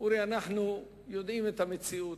אורי, אנחנו יודעים מה המציאות.